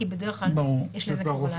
כי בדרך כלל יש לזה פעולת --- זה כבר רופא,